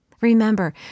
Remember